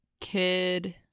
kid